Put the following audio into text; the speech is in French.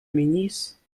ministre